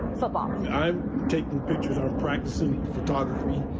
football? um and i'm taking pictures, i'm practicing photography,